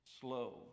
slow